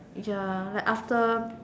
ya like after